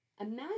Imagine